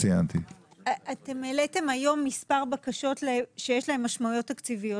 העליתם היום מספר בקשות שיש להן משמעויות תקציביות.